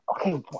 Okay